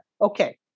Okay